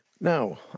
Now